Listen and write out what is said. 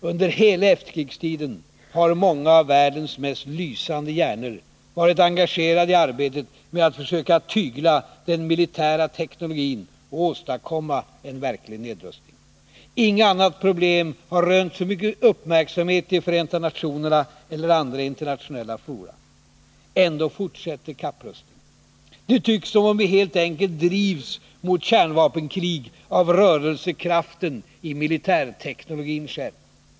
Under hela efterkrigstiden har många av världens mest lysande hjärnor varit engagerade i arbetet med att försöka tygla den militära teknologin och åstadkomma en verklig nedrustning. Inget annat problem har rönt så mycken uppmärksamhet i Förenta nationerna eller andra internationella fora. Ändå fortsätter kapprustningen. Det tycks som om vi helt enkelt drivs mot kärnvapenkrig av rörelsekraften i militärteknologin själv.